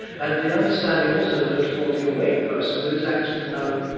and the understanding, also, that for the awake person, there is actually no